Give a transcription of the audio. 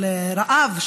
של רעב,